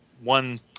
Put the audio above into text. one